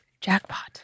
Jackpot